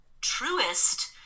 truest